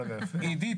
עידית,